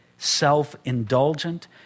Self-indulgent